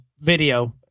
video